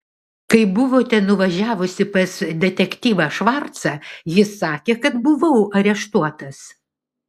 kai buvote nuvažiavusi pas detektyvą švarcą jis sakė kad buvau areštuotas